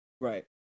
Right